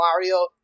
Mario